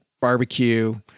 barbecue